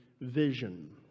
vision